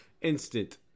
instant